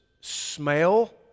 smell